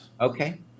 Okay